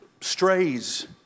strays